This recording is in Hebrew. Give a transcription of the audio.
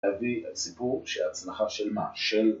אביא סיפור שהצנחה של מה? של